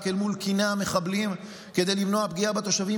מול קיני המחבלים כדי למנוע פגיעה בתושבים,